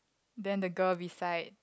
then the girl beside